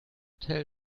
tell